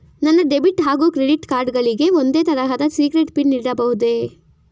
ನನ್ನ ಡೆಬಿಟ್ ಹಾಗೂ credit card ಗಳಿಗೆ ಒಂದೇ ತರಹದ ಸೀಕ್ರೇಟ್ ಪಿನ್ ಇಡಬಹುದೇ?